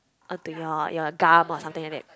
onto your your gum or something like that